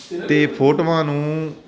ਅਤੇ ਫੋਟੋਆਂ ਨੂੰ